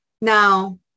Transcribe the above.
Now